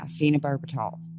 phenobarbital